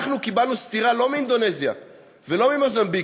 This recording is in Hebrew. אנחנו קיבלנו סטירה לא מאינדונזיה ולא ממוזמביק,